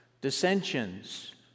Dissensions